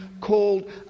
called